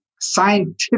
scientific